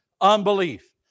Unbelief